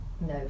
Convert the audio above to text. No